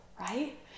right